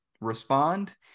respond